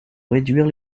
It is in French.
réduire